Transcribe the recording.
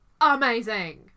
amazing